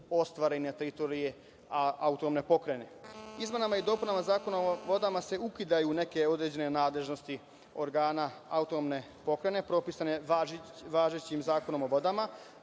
ostvaren na teritoriji Autonomne pokrajine. Izmenama i dopunama Zakona o vodama se ukidaju neke određene nadležnosti organa Autonomne pokrajine, propisane važećim Zakonom o vodama,